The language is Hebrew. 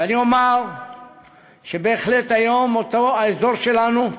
ואני אומַר שבהחלט היום אותו אזור שלנו,